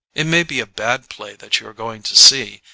it may be a bad play that you are going to see,